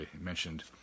mentioned